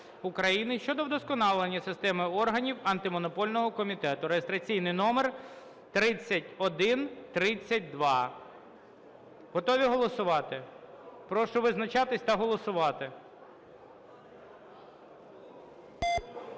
України щодо вдосконалення системи органів Антимонопольного комітету (реєстраційний номер 3132). Готові голосувати? Прошу визначатись та голосувати.